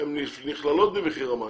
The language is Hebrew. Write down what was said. הן נכללות במחיר המים.